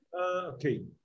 Okay